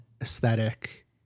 aesthetic